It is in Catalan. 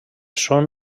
són